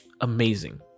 amazing